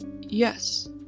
Yes